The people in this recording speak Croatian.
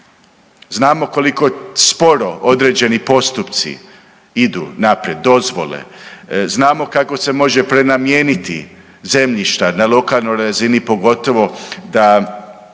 Znamo koliko sporo određeni postupci idu naprijed, dozvole. Znamo kako se može prenamijeniti zemljišta, na lokalnoj razini pogotovo, da,